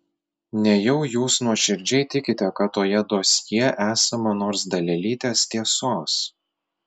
nejau jūs nuoširdžiai tikite kad toje dosjė esama nors dalelytės tiesos